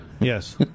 Yes